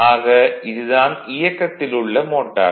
ஆக இது தான் இயக்கத்தில் உள்ள மோட்டார்